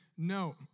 No